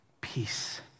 peace